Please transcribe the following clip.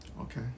Okay